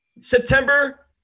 September